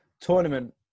tournament